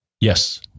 yes